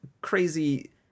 crazy